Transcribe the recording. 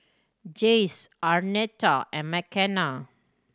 Jace Arnetta and Mckenna